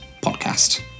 podcast